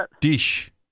Dich